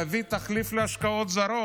להביא תחליף להשקעות זרות,